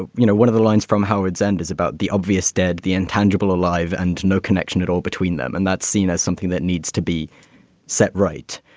ah you know, one of the lines from howards end is about the obvious dead, the intangible alive and no connection at all between them. and that's seen as something that needs to be set right.